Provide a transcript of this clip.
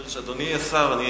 אדוני השר,